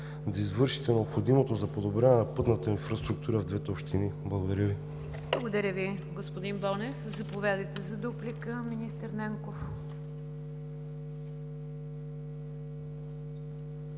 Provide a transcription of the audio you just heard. да извършите необходимото за подобряване на пътната инфраструктура в двете общини. Благодаря Ви. ПРЕДСЕДАТЕЛ НИГЯР ДЖАФЕР: Благодаря Ви, господин Бонев. Заповядайте за дуплика, министър Нанков.